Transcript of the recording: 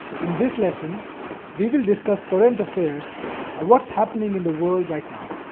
in this lesson we will discuss current affairs or what's happening in the world right now.